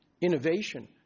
innovation